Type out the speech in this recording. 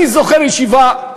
אני זוכר ישיבה,